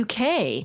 UK